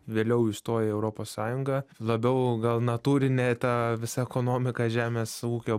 vėliau įstojo į europos sąjungą labiau gal natūrinė ta visa ekonomika žemės ūkio